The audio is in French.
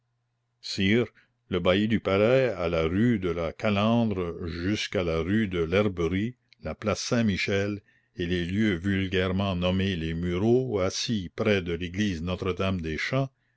sire le bailli du palais a la rue de la calandre jusqu'à la rue de l'herberie la place saint-michel et les lieux vulgairement nommés les mureaux assis près de l'église